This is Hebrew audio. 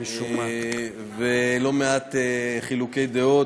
ולא מעט חילוקי דעות.